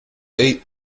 eight